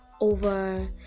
over